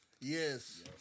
Yes